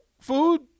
food